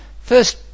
first